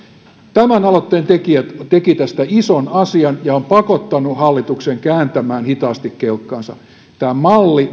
tämän aloitteen tekijät tekivät tästä ison asian ja ovat pakottaneet hallituksen kääntämään hitaasti kelkkansa tämä malli